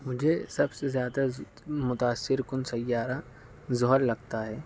مجھے سب سے زیادہ متاثر کن سیارہ زحل لگتا ہے